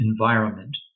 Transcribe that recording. environment